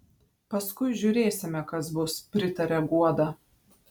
paskui žiūrėsime kas bus pritaria guoda